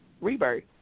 rebirth